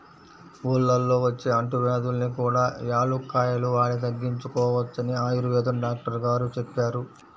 ఊళ్ళల్లో వచ్చే అంటువ్యాధుల్ని కూడా యాలుక్కాయాలు వాడి తగ్గించుకోవచ్చని ఆయుర్వేదం డాక్టరు గారు చెప్పారు